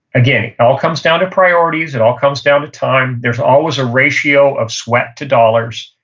again, it all comes down to priorities. it all comes down to time. there's always a ration of sweat to dollars.